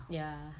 ya